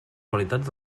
qualitats